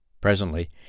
Presently